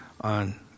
on